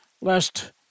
lest